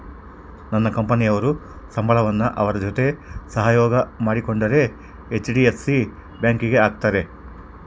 ನನ್ನ ಕಂಪನಿಯವರು ಸಂಬಳವನ್ನ ಅವರ ಜೊತೆ ಸಹಯೋಗ ಮಾಡಿಕೊಂಡಿರೊ ಹೆಚ್.ಡಿ.ಎಫ್.ಸಿ ಬ್ಯಾಂಕಿಗೆ ಹಾಕ್ತಾರೆ